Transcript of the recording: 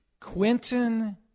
Quentin